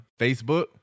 Facebook